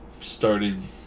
Starting